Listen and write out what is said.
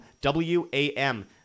W-A-M